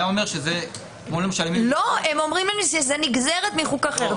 הם אומרים לנו שזאת נגזרת מחוק אחר.